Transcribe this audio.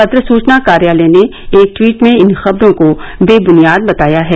पत्र सूचना कार्यालय ने एक ट्वीट में इन खबरों को बेबुनियाद बताया है